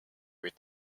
with